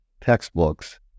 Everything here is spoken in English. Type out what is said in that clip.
textbooks